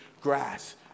grass